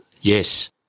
Yes